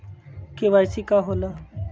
KYC का होला?